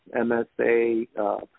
MSA